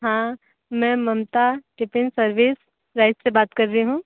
हाँ मैं Mamta tiffin service rice से बात कर रही हूँ